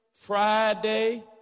Friday